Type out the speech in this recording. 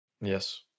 Yes